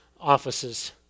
offices